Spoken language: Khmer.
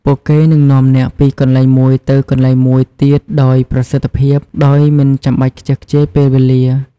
ពួកគេនឹងនាំអ្នកពីកន្លែងមួយទៅកន្លែងមួយទៀតដោយប្រសិទ្ធភាព ដោយមិនចាំបាច់ខ្ជះខ្ជាយពេលវេលា។